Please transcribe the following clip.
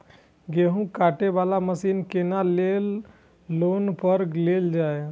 गेहूँ काटे वाला मशीन केना लोन पर लेल जाय?